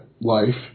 life